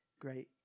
great